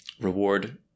reward